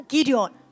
Gideon